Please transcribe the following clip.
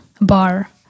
bar